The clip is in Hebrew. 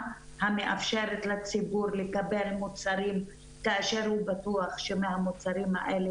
המאפשרת לציבור לקבל מוצרים כאשר הוא בטוח שמהמוצרים האלה